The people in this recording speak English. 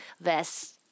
vests